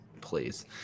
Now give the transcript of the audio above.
Please